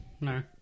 No